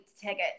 tickets